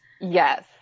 Yes